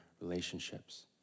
relationships